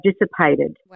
dissipated